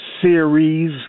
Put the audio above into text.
series